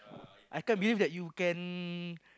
I can't believe that you can